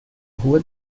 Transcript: rua